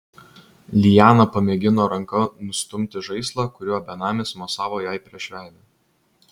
liana pamėgino ranka nustumti žaislą kuriuo benamis mosavo jai prieš veidą